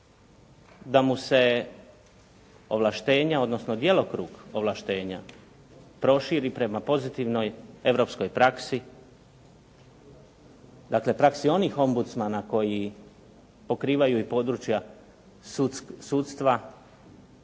da mu se ovlaštenja, odnosno djelokrug ovlaštenja proširi prema pozitivnoj europskoj praksi, dakle praksi onih ombudsmana koji pokrivaju i područja sudstva